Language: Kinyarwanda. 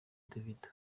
davido